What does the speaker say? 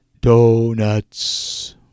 donuts